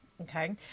Okay